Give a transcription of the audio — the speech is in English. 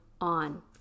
on